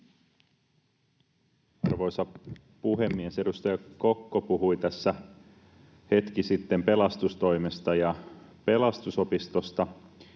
Arvoisa puhemies! Edustaja Kokko puhui tässä hetki sitten pelastustoimesta ja Pelastusopistosta.